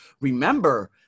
Remember